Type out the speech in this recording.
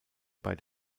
bei